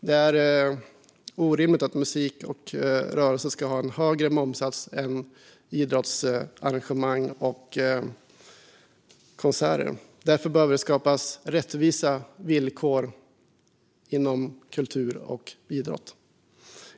Det är orimligt att musik och rörelse ska ha högre momssats än idrottsarrangemang och konserter. Därför behöver det skapas rättvisa villkor inom kultur och idrott.